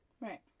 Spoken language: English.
Right